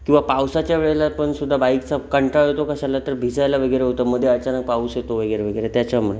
किंवा पावसाच्या वेळेला पण सुद्धा बाईकचा कंटाळा येतो कशाला तर भिजायला वगैरे होतं मध्ये अचानक पाऊस येतो वगैरे वगैरे त्याच्यामुळे